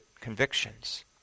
convictions